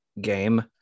game